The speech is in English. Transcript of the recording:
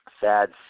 Sad